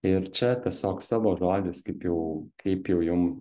ir čia tiesiog savo žodžiais kaip jau kaip jau jum